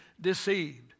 deceived